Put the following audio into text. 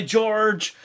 George